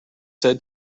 said